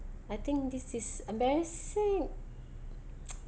I think this is embarrassing